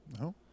No